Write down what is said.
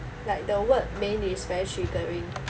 like the word 美女 is very